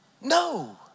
No